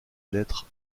lettres